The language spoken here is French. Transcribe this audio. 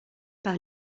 par